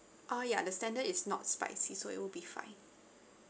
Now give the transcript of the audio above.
oh ya the standard is not spicy so it will be fine